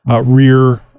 rear